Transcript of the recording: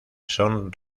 son